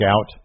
out